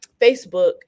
Facebook